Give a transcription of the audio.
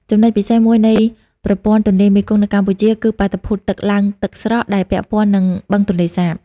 ចំណុចពិសេសមួយនៃប្រព័ន្ធទន្លេមេគង្គនៅកម្ពុជាគឺបាតុភូតទឹកឡើងទឹកស្រកដែលពាក់ព័ន្ធនឹង បឹងទន្លេសាប។